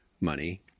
money